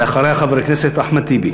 ואחריה, חבר הכנסת אחמד טיבי.